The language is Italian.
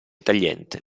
tagliente